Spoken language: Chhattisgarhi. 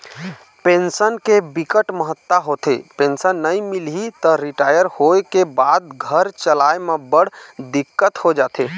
पेंसन के बिकट महत्ता होथे, पेंसन नइ मिलही त रिटायर होए के बाद घर चलाए म बड़ दिक्कत हो जाथे